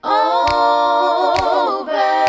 over